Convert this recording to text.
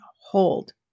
hold